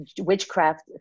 witchcraft